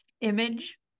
image